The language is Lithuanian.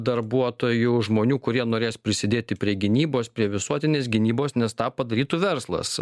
darbuotojų žmonių kurie norės prisidėti prie gynybos prie visuotinės gynybos nes tą padarytų verslas